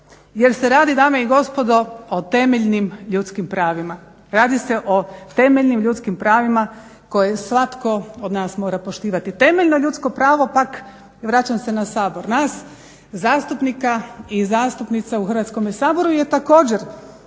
jer se radi dame i gospodo o temeljnim ljudskim pravima, radi se o temeljnim ljudskim pravima koje svatko od nas mora poštivati. Temeljno ljudsko pravo pak, vraćam se na Sabor, nas zastupnika i zastupnica u Hrvatskom saboru je također